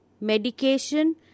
medication